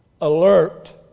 alert